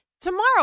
tomorrow